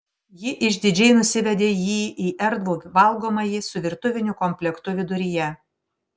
ji išdidžiai nusivedė jį į erdvų valgomąjį su virtuviniu komplektu viduryje